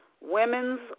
women's